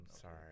sorry